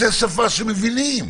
זאת שפה שמבינים.